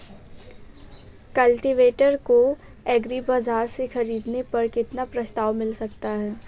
Cultivator को agri बाजार से ख़रीदने पर कितना प्रस्ताव मिल सकता है?